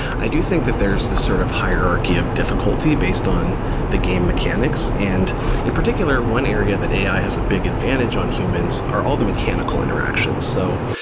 i do think that there's this sort of hierarchy of difficulty based on the game mechanics. and in particular, one area that ai has a big advantage on humans are all the mechanical interactions. so,